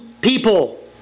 people